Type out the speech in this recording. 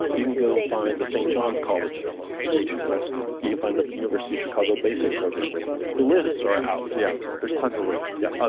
you can go find the st. john's college reading list. you can find the university of chicago basic program reading list. the lists are out there yeah, there's tons of lists yeah. ah